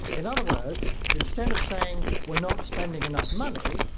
in other words, instead of saying we are not spending enough money,